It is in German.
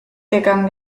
gegangen